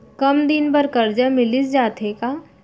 कम दिन बर करजा मिलिस जाथे का?